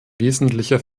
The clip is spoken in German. wesentlicher